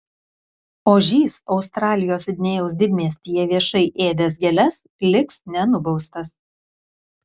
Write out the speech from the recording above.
ožys australijos sidnėjaus didmiestyje viešai ėdęs gėles liks nenubaustas